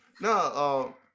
No